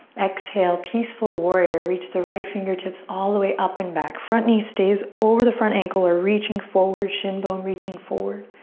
exhale. peaceful warrior. reach the right fingertips all the way up and back. front knee stays over the front ankle or reaching forward, shin bone reaching forward.